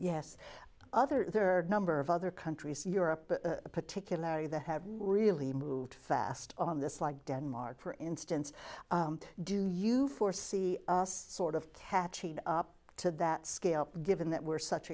yes other there are number of other countries in europe particularly the have not really moved fast on this like denmark for instance do you foresee us sort of catch up to that scale given that we're such